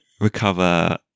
recover